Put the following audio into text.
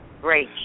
great